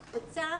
הקפצה,